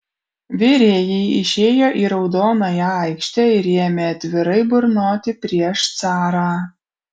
virėjai išėjo į raudonąją aikštę ir ėmė atvirai burnoti prieš carą